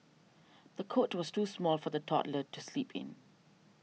the cot was too small for the toddler to sleeping